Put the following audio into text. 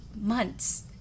months